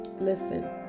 listen